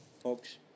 Folks